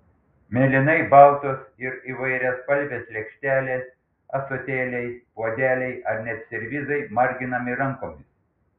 mėlynai baltos ir įvairiaspalvės lėkštelės ąsotėliai puodeliai ar net servizai marginami rankomis